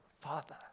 Father